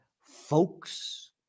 folks